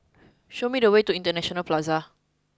show me the way to International Plaza